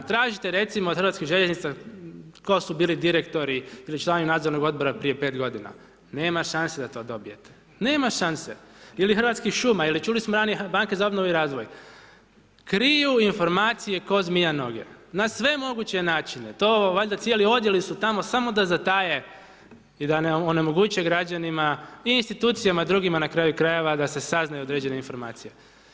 Tražite recimo od Hrvatskih željeznica tko su bili direktori ili članovi nadzornog odbora prije 5 godina, nema šanse da to dobijete, nema šanse ili Hrvatskih šuma ili čuli smo ranije Banke za obnovu i razvoj, kriju informacije ko zmija noge, na sve moguće načine to valjda cijeli odjeli su tamo samo da zataje i da onemoguće građanima i institucijama drugima na kraju krajeva da se saznaju određene informacije.